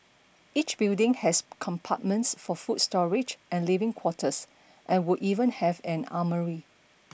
each building has compartments for food storage and living quarters and would even have an armoury